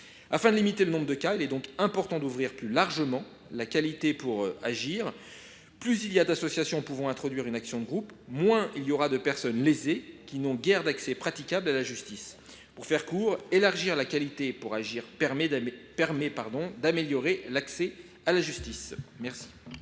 Afin de limiter le nombre de tels cas, il est donc important d’ouvrir plus largement la qualité pour agir. Plus il y a d’associations pouvant introduire une action de groupe, moins il y aura de personnes lésées privées d’un accès praticable à la justice. Pour faire court, élargir la qualité pour agir permet d’améliorer l’accès à la justice. La